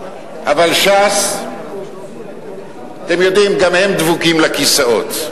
אבל ש"ס, אתם יודעים, גם הם דבוקים לכיסאות,